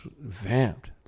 vamped